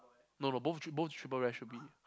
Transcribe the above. no no both both triple rare should be